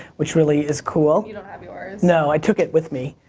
which really is cool. you don't have yours? no, i took it with me